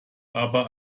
aber